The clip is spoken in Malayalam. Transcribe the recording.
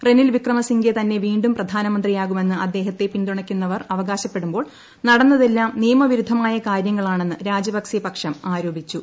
റെനിൽ വിക്രമസിംഗെ തന്നെ വീണ്ടും പ്രധാനമന്ത്രിയാകുമെന്ന് അദ്ദേഹത്തെ പിന്തുണയ്ക്കുന്നവർ അവകാശപ്പെടുമ്പോൾ നടന്നതെല്ലാം നിയമവിരുദ്ധമായ കാര്യങ്ങളാണെന്ന് രാജപക്സെ പക്ഷം ആരോപിച്ചു